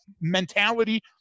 mentality